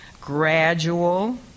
gradual